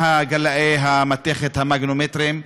גלאי המתכת, המגנומטרים,